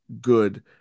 good